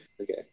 Okay